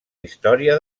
història